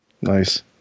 nice